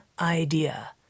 idea